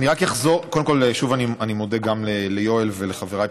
התשע"ט 2018. יציג את הצעת החוק חבר הכנסת רועי פולקמן,